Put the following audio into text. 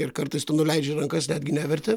ir kartais tu nuleidži rankas netgi neverti